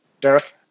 Derek